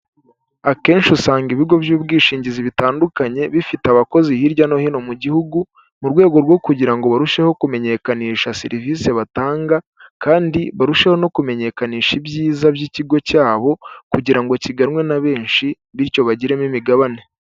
Akenshi usanga ibigo by'ubwishingizi bitandukanye bifite abakozi hirya no hino mu gihugu mu rwego rwo kugira ngo barusheho kumenyekanisha serivisi batanga kandi barusheho no kumenyekanisha ibyiza by'ikigo cyabo kugira ngo kiganwe na benshi bityo bagiremo imigabane.